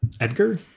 Edgar